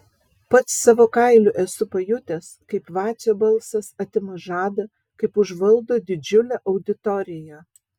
pats savo kailiu esu pajutęs kaip vacio balsas atima žadą kaip užvaldo didžiulę auditoriją